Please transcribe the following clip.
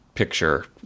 picture